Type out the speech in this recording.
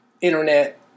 internet